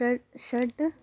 षड् षड्